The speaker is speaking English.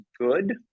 good